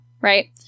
Right